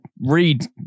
read